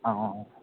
অঁ